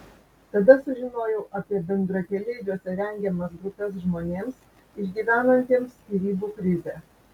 tada sužinojau apie bendrakeleiviuose rengiamas grupes žmonėms išgyvenantiems skyrybų krizę